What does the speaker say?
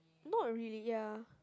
not really ya